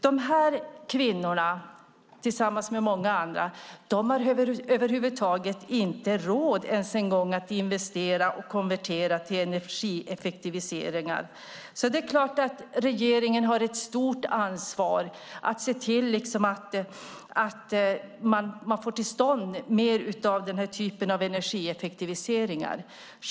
Dessa kvinnor, tillsammans med många andra, har över huvud taget inte råd att investera i och konvertera till effektivare energilösningar. Det är klart att regeringen har ett stort ansvar för att få till stånd mer av den här typen av energieffektiviseringar.